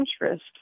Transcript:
interest